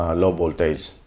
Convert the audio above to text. ah low voltage